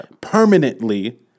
permanently